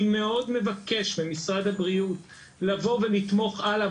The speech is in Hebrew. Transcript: אני מאוד מבקש ממשרד הבריאות לבוא ולתמוך הלאה.